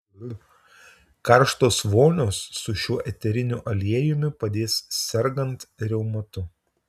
karštos vonios su šiuo eteriniu aliejumi padės sergant reumatu